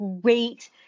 great